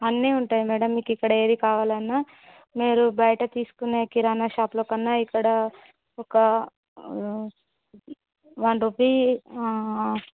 అన్నీ ఉంటాయి మ్యాడమ్ మీకు ఇక్కడ ఏది కావాలన్నా మీరు బయట తీసుకునే కిరాణా షాపు లో కన్నా ఇక్కడ ఒక వన్ రూపీ